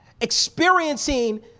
experiencing